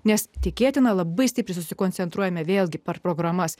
nes tikėtina labai stipriai susikoncentruojame vėlgi per programas